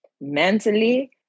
mentally